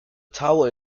tower